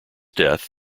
death